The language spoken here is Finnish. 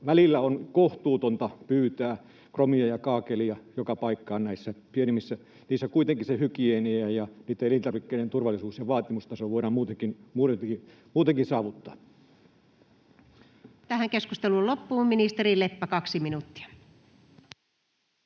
välillä on kohtuutonta pyytää kromia ja kaakelia joka paikkaan näissä pienemmissä. Niissä on kuitenkin se hygieniataso, ja elintarvikkeiden turvallisuus- ja vaatimustaso voidaan muutenkin saavuttaa. [Speech 54] Speaker: Anu Vehviläinen